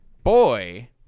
boy